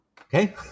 Okay